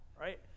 right